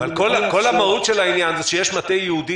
אבל כל המהות של העניין זה שיש מטה ייעודי